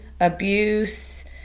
abuse